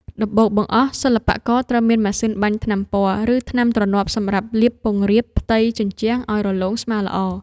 ដំបូងបង្អស់ សិល្បករត្រូវមានម៉ាស៊ីនបាញ់ថ្នាំពណ៌ ឬថ្នាំទ្រនាប់សម្រាប់លាបពង្រាបផ្ទៃជញ្ជាំងឱ្យរលោងស្មើល្អ។